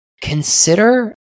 consider